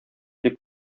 дип